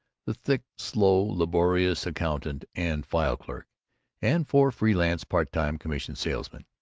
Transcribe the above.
the thick, slow, laborious accountant and file-clerk and four freelance part-time commission salesmen.